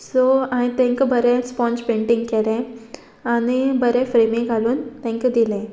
so हांवें तांकां बरें स्पोंज पेंटींग केलें आनी बरें फ्रेमी घालून तांकां दिलें